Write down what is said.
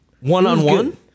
one-on-one